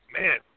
man